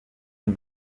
and